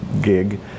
gig